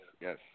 yes